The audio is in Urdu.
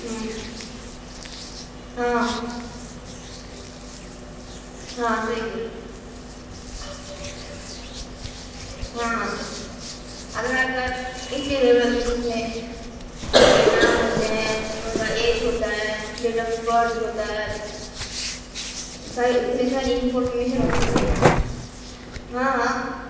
ہوں ہاں ہاں صحیح بولے ہاں ہاں آدھار کارڈ اس لیے ضرورت ہے اس میں سب کے نام ہوتے ہیں ان کا ایج ہوتا ہے ڈیٹ آف برتھ ہوتا ہے ساری اس میں ساری انفارمیشن ہوتی ہے ہاں ہاں